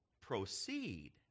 proceed